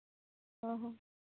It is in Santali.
ᱦᱚᱸ ᱦᱚᱸ